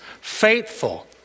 faithful